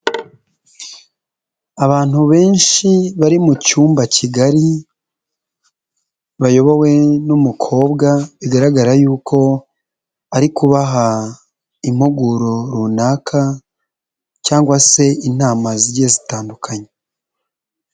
Abantu benshi bari mu cyumba kigari bayobowe n'umukobwa bigaragara y'uko ari kubaha impuguro runaka cyangwa se inama zigiye zitandukanye.